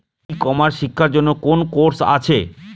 ই commerce শেক্ষার জন্য কোন কোর্স আছে?